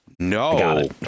No